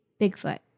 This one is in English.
Bigfoot